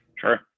Sure